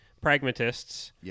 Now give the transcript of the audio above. pragmatists